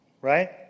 right